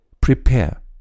prepare